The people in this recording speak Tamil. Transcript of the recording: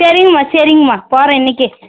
சரிங்கமா சரிங்கமா போகிறேன் இன்றைக்கே